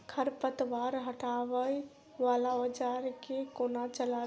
खरपतवार हटावय वला औजार केँ कोना चलाबी?